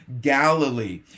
Galilee